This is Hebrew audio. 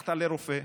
הלכת לרופא,